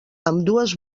ambdues